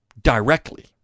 directly